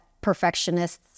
perfectionists